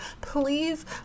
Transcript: please